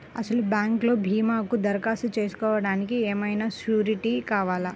అసలు బ్యాంక్లో భీమాకు దరఖాస్తు చేసుకోవడానికి ఏమయినా సూరీటీ కావాలా?